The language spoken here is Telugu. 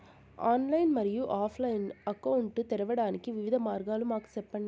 ఆన్లైన్ మరియు ఆఫ్ లైను అకౌంట్ తెరవడానికి వివిధ మార్గాలు మాకు సెప్పండి?